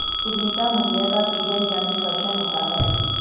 उद्यमिता मूल्य का सीजन या निष्कर्षण होता है